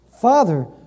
Father